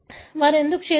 వారు ఎందుకు చేసారు